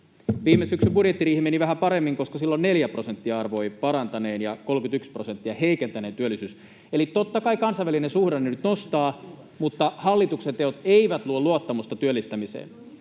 Viime syksyn budjettiriihi meni vähän paremmin, koska silloin 4 prosenttia arvioi sen parantaneen ja 31 prosenttia heikentäneen työllisyyttä. Eli totta kai kansainvälinen suhdanne nyt nostaa sitä, [Antti Lindtmanin välihuuto] mutta hallituksen teot eivät luo luottamusta työllistämiseen.